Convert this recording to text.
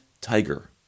Tiger